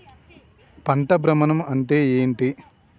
పంట భ్రమణం అంటే ఏంటి?